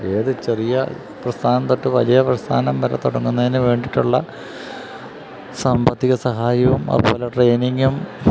ഏത് ചെറിയ പ്രസ്ഥാനം തൊട്ട് വലിയ പ്രസ്ഥാനം വരെ തുടങ്ങുന്നതിന് വേണ്ടിയിട്ടുള്ള സാമ്പത്തിക സഹായവും അതുപോലെ ട്രെയിനിങ്ങും